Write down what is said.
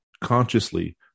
consciously